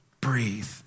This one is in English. Breathe